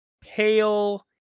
pale